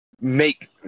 make